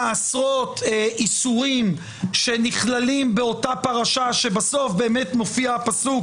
עשרות איסורים שנכללים באותה הפרשה שבסופה באמת מופיע הפסוק